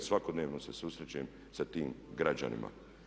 Svakodnevno se susrećem sa tim građanima.